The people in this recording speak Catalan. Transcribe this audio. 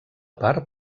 part